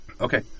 Okay